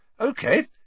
Okay